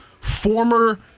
former